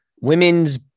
women's